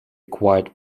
acquired